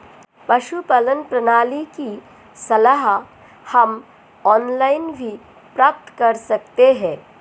पशुपालन प्रणाली की सलाह हम ऑनलाइन भी प्राप्त कर सकते हैं